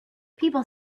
people